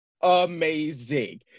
amazing